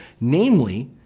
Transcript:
namely